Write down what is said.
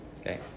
okay